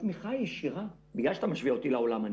התמיכה הישירה בגלל שאתה משווה אותי לעולם אני